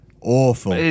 Awful